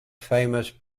famous